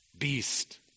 beast